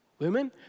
Women